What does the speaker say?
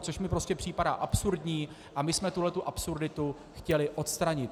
Což mi prostě připadá absurdní a my jsme tuhle absurditu chtěli odstranit.